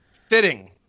Fitting